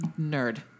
nerd